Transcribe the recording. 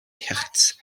herz